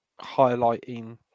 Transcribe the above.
highlighting